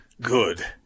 good